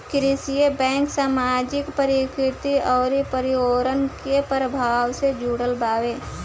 कृषि बैंक सामाजिक, प्राकृतिक अउर पर्यावरण के प्रभाव से जुड़ल बावे